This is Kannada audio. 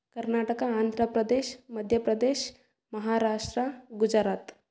ಕರ್ನಾಟಕ ಆಂಧ್ರ ಪ್ರದೇಶ್ ಮಧ್ಯ ಪ್ರದೇಶ್ ಮಹಾರಾಷ್ಟ್ರ ಗುಜರಾತ್